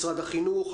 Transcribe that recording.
משרד החינוך,